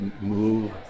move